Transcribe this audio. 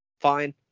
fine